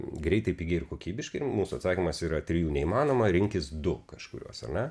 greitai pigiai ir kokybiškai mūsų atsakymas yra trijų neįmanoma rinkis du kažkurios ar ne